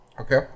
Okay